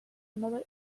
another